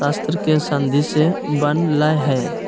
शास्त्र के संधि से बनलय हें